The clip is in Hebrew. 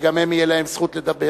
וגם הם תהיה להם זכות לדבר.